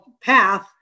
path